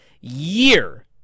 year